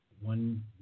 One